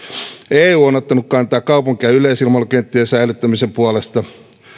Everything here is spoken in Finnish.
eu on ottanut kantaa kaupunki ja yleisilmailukenttien säilyttämisen puolesta